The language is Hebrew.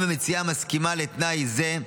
אם המציעה מסכימה לתנאי זה,